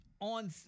on